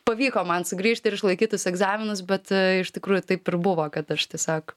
pavyko man sugrįžt ir išlaikyt tuos egzaminus bet iš tikrųjų taip ir buvo kad aš tiesiog